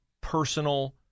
personal